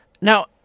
Now